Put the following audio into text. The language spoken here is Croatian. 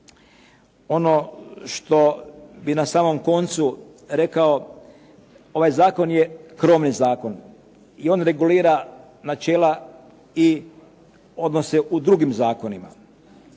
Ono što bi na samom koncu rekao. Ovaj zakon je krovni zakon i on regulira načela i odnose u drugim zakonima.